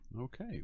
okay